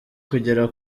kugera